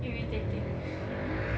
irritating